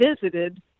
visited